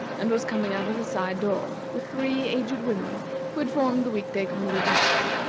and was coming out of a side door, with three aged women who had formed the week-day congregation.